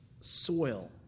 soil